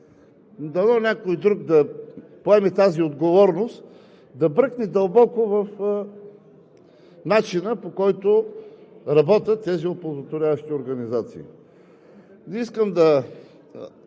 но дано някой друг да поеме такава отговорност – да бръкне дълбоко в начина, по който работят тези оползотворяващи организации. Не искам да